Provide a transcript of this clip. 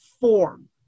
form